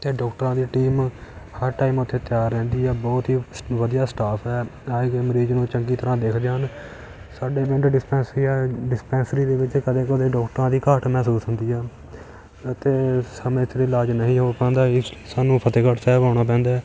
ਅਤੇ ਡਾਕਟਰਾਂ ਦੀ ਟੀਮ ਹਰ ਟਾਈਮ ਉੱਥੇ ਤਿਆਰ ਰਹਿੰਦੀ ਆ ਬਹੁਤ ਹੀ ਸ ਵਧੀਆ ਸਟਾਫ ਹੈ ਆਏ ਗਏ ਮਰੀਜ਼ ਨੂੰ ਚੰਗੀ ਤਰ੍ਹਾਂ ਦੇਖਦੇ ਹਨ ਸਾਡੇ ਪਿੰਡ ਡਿਸਪੈਂਸਰੀ ਆ ਡਿਸਪੈਂਸਰੀ ਦੇ ਵਿੱਚ ਕਦੇ ਕਦੇ ਡਾਕਟਰਾਂ ਦੀ ਘਾਟ ਮਹਿਸੂਸ ਹੁੰਦੀ ਆ ਅਤੇ ਸਮੇਂ ਸਿਰ ਇਲਾਜ ਨਹੀਂ ਹੋ ਪਾਉਂਦਾ ਇਸ ਲਈ ਸਾਨੂੰ ਫਤਿਹਗੜ੍ਹ ਸਾਹਿਬ ਆਉਣਾ ਪੈਂਦਾ